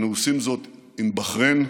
אנו עושים זאת עם בחריין,